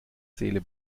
seele